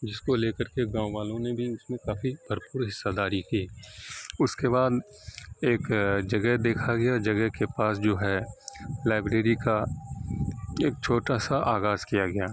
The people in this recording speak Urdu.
جس کو لے کر کے گاؤں والوں نے بھی اس میں کافی بھرپور حصہ داری کی اس کے بعد ایک جگہ دیکھا گیا جگہ کے پاس جو ہے لائبریری کا ایک چھوٹا سا آغاز کیا گیا